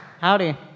Howdy